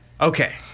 Okay